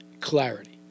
clarity